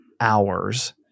hours